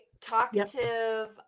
Talkative